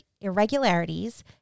irregularities